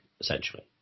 essentially